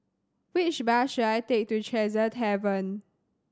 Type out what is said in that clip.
which bus should I take to Tresor Tavern